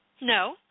No